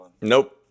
Nope